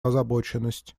озабоченность